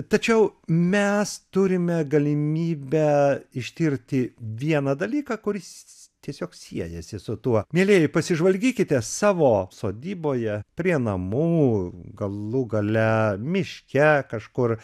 tačiau mes turime galimybę ištirti vieną dalyką kuris tiesiog siejasi su tuo mielieji pasižvalgykite savo sodyboje prie namų galų gale miške kažkur